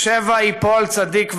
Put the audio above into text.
"שבע יפול צדיק וקם"